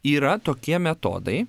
yra tokie metodai